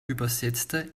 übersetzte